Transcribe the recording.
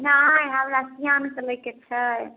नहि हमरा सिआन के लैके छै